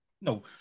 no